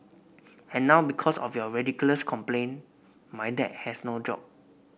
and now because of your ridiculous complaint my dad has no job